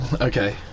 Okay